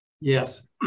Yes